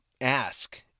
ask